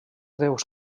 déus